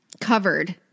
covered